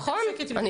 על חובת היידוע אני